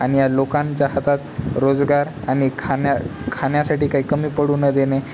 आणि या लोकांच्या हातात रोजगार आणि खाण्या खाण्यासाठी काही कमी पडू न देणे